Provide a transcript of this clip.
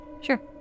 Sure